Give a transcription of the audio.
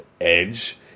Edge